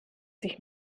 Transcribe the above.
sich